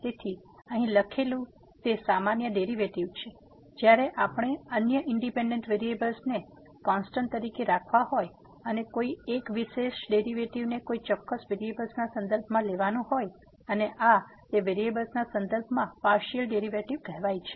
તેથી અહીં લખેલું તે સામાન્ય ડેરીવેટીવ છે જ્યારે આપણે અન્ય ઇન્ડીપેન્ડન્ટ વેરીએબ્લ્સ ને કોન્સ્ટેન્ટ તરીકે રાખવા હોય અને કોઈ એક વિશેષના ડેરીવેટીવને કોઈ ચોક્કસ વેરીએબ્લ્સના સંદર્ભમાં લેવાનું હોય અને આ તે વેરીએબ્લ્સના સંદર્ભમાં પાર્સીઅલ ડેરીવેટીવ કહેવાય છે